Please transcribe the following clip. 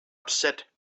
upset